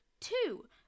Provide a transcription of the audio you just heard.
two